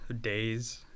days